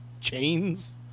chains